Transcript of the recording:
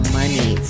money